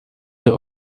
the